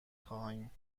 خواهیم